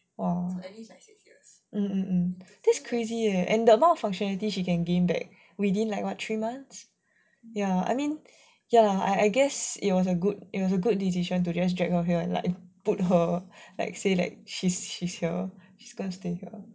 !wah! mm this is crazy eh and the amount of functionalities she can give back within like what three months ya I mean ya I I guess it was a good it was a good decision to just drag her here and like put her like say like she's she's here she's gonna stay here